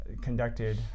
conducted